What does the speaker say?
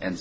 and